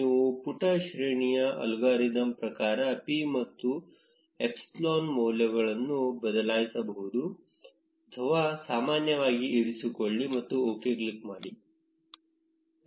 ನೀವು ಪುಟ ಶ್ರೇಣಿಯ ಅಲ್ಗಾರಿದಮ್ ಪ್ರಕಾರ p ಮತ್ತು ಎಪ್ಸಿಲಾನ್ ಮೌಲ್ಯಗಳನ್ನು ಬದಲಾಯಿಸಬಹುದು ಅಥವಾ ಸಾಮಾನ್ಯವಾಗಿ ಇರಿಸಿಕೊಳ್ಳಿ ಮತ್ತು OK ಕ್ಲಿಕ್ ಮಾಡಿ